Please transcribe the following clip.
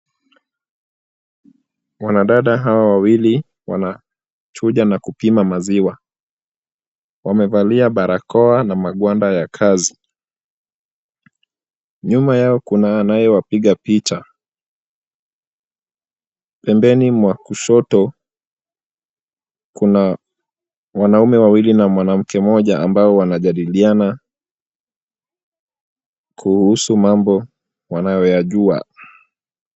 Wanadada Hawa wawili wanachuja na kupima maziwa wamevalia barakoa na mapanda ya kasi, nyuma yao Kuna anayewapika picha, pembeni mwa kushoto Kuna wanaume wawili na mwanamke mmoja ambao wanajadiliana kuhusu mambo wanayoyajua.